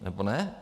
Nebo ne?